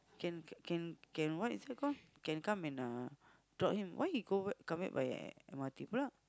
can can can what is it called can come and uh drop him why he go come back by M_R_T